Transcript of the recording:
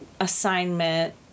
assignment